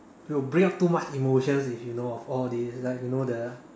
will bring up too much emotion if you know of all these like you know the